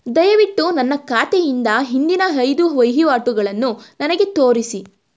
ದಯವಿಟ್ಟು ನನ್ನ ಖಾತೆಯಿಂದ ಹಿಂದಿನ ಐದು ವಹಿವಾಟುಗಳನ್ನು ನನಗೆ ತೋರಿಸಿ